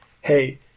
hey